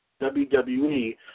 WWE